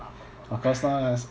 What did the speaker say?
of course lah